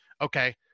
Okay